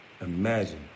Imagine